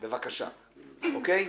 תודה.